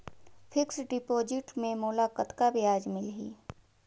Fixed deposit मे मोला कतका ब्याज मिलही?